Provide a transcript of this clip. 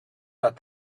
that